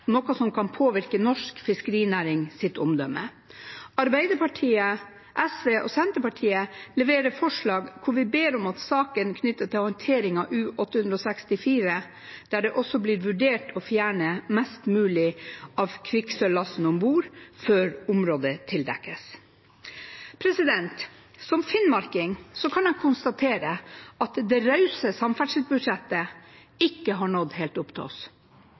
noe som kan påvirke norsk fiskerinærings omdømme. Arbeiderpartiet, SV og Senterpartiet leverer forslag der vi ber om en sak knyttet til håndtering av U-864 der det også blir vurdert å fjerne mest mulig av kvikksølvlasten om bord før området tildekkes. Som finnmarking kan jeg konstatere at det rause samferdselsbudsjettet ikke har nådd helt opp til oss.